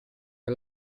che